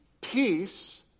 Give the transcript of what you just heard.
peace